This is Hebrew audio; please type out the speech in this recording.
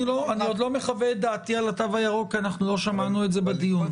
אני עוד לא מחווה את דעתי על התו הירוק כי אנחנו לא שמענו את זה בדיון.